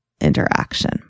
interaction